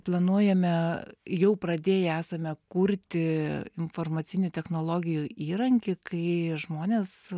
planuojame jau pradėję esame kurti informacinių technologijų įrankį kai žmonės